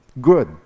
good